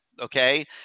okay